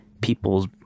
people's